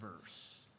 verse